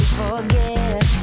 forget